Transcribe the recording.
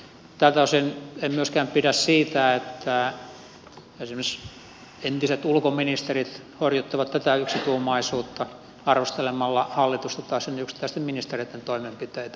tältä osin en myöskään pidä siitä että esimerkiksi entiset ulkoministerit horjuttavat tätä yksituumaisuutta arvostelemalla hallitusta tai sen yksittäisten ministereitten toimenpiteitä